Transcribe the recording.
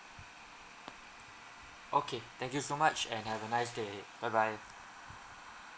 okay thank you so much and have a nice day ahead bye bye